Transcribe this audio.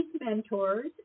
mentors